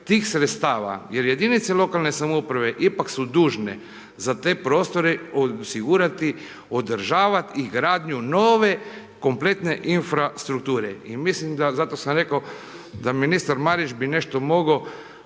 tih sredstava jer jedinice lokalne samouprave ipak su dužne za te prostore osigurati, održavati i gradnju nove kompletne infrastrukture. I mislim da, zato sam rekao da ministar Marić bi nešto mogao